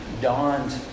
dawned